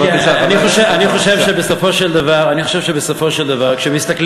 אני חושב שבסופו של דבר, כשמסתכלים,